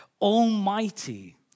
Almighty